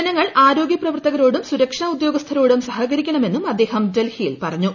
ജനങ്ങൾ ആരോഗ്യ പ്രവർത്തകരോടും സുരക്ഷാ ഉദ്യോഗസ്ഥരോടും സഹകരിക്കണമെന്നും അദ്ദേഹം ഡൽഹിയിൽ പറഞ്ഞു